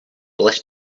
bless